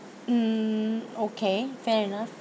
mm okay fair enough